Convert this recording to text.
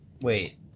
Wait